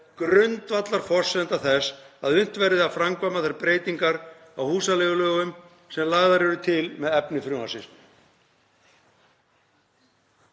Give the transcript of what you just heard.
grundvallarforsenda þess að unnt verði að framkvæma þær breytingar á húsaleigulögum sem lagðar eru til með efni frumvarpsins.“